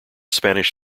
spanish